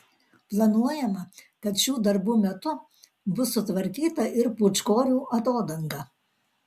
planuojama kad šių darbų metu bus sutvarkyta ir pūčkorių atodanga